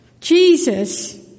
Jesus